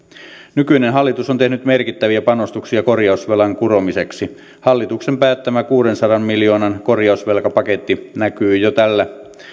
nykyinen hallitus on tehnyt merkittäviä panostuksia korjausvelan kuromiseksi hallituksen päättämä kuudensadan miljoonan korjausvelkapaketti näkyy jo tällä